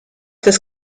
des